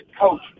coach